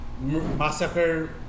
massacre